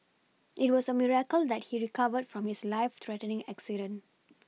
it was a miracle that he recovered from his life threatening accident